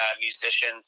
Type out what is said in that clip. musician